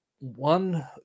one